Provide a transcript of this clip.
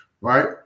right